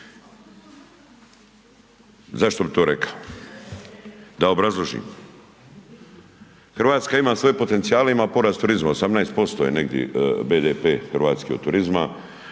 Zašto bi to rekao? Da obrazložim, RH ima svoje potencijale, ima porast turizma, 18% je negdje BDP hrvatski od turizma,